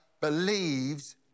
believes